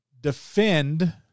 Defend